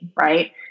right